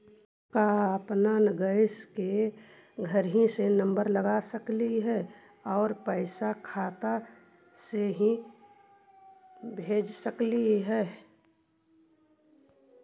का अपन गैस के घरही से नम्बर लगा सकली हे और पैसा खाता से ही भेज सकली हे?